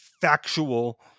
factual